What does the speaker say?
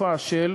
לתקופה של,